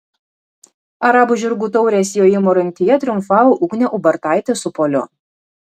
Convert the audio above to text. arabų žirgų taurės jojimo rungtyje triumfavo ugnė ubartaitė su poliu